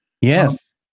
Yes